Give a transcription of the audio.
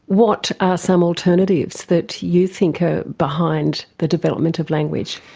what are some alternatives that you think are behind the development of language?